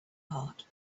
heart